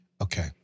Okay